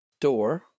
door